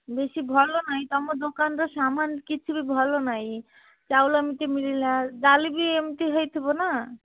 ବେଶି ଭଲନାହିଁ ତମ ଦୋକାନର ସାମାନ କିଛି ବି ଭଲନାହିଁ ଚାଉଳ ଏମିତି ମିଳିଲା ଡାଲି ବି ଏମିତି ହେଇଥିବ ନା